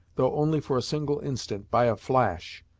though only for a single instant, by a flash.